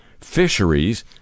fisheries